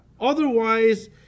Otherwise